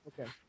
Okay